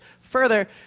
Further